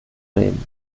bremen